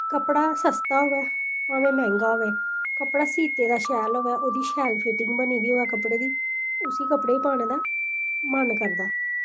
कपड़ा सस्ता होऐ भामै मैंह्गा होऐ कपड़ा सीते दा शैल होऐ ओह्दी शैल फिटिंग बनी दी होऐ कपड़े दी उस्सी कपड़े गी पाने दा मन करदा